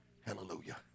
Hallelujah